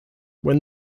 when